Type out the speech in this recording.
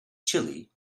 chile